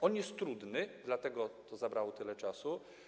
On jest trudny, dlatego to zabrało tyle czasu.